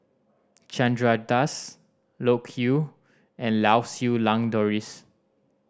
Chandra Das Loke Yew and Lau Siew Lang Doris